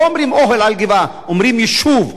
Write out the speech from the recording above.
לא אומרים אוהל על גבעה, אומרים יישוב.